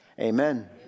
Amen